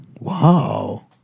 Wow